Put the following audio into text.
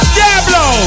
Diablo